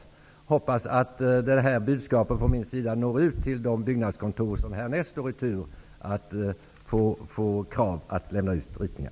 Jag hoppas att mitt budskap når ut till de byggnadskontor som härnäst står i tur att få en förfrågan om att lämna ut ritningar.